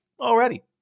already